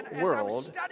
world